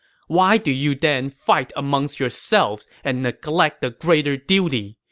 why do you then fight amongst yourselves and neglect the greater duty!